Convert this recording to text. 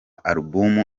album